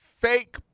fake